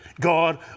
God